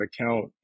account